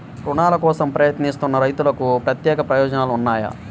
రుణాల కోసం ప్రయత్నిస్తున్న రైతులకు ప్రత్యేక ప్రయోజనాలు ఉన్నాయా?